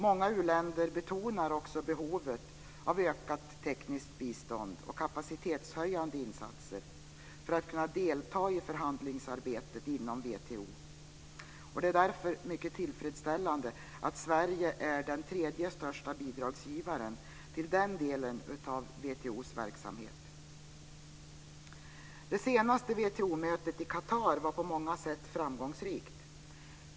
Många u-länder betonar också behovet av ökat tekniskt bistånd och kapacitetshöjande insatser när det gäller deltagande i förhandlingsarbetet inom WTO. Det är därför mycket tillfredsställande att Sverige är den tredje största bidragsgivaren när det gäller den delen av WTO:s verksamhet. Det senaste WTO-mötet i Qatar var på många sätt framgångsrikt.